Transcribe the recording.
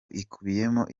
ikubiyemo